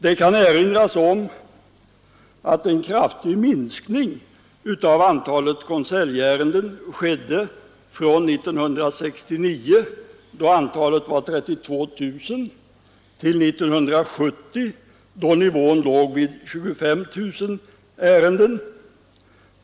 Det kan erinras om att en kraftig minskning av antalet konseljärenden skedde från 1969, då antalet var 32 000, till 1970 då nivån låg vid 25 000 ärenden.